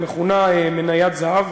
המכונה מניית זהב,